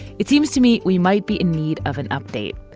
it seems to me we might be in need of an update.